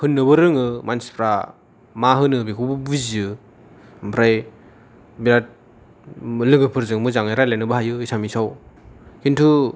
होननोबो रोङो मानसिफ्रा मा होनो बेखौबो बुजियो ओमफ्राय बिराथ लोगोफोरजों मोजाङै रायज्लायनोबो हायो एसामिसाव खिन्थु